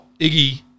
Iggy